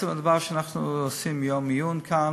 עצם הדבר שאנחנו עושים יום עיון כאן,